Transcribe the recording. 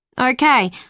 Okay